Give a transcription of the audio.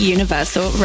Universal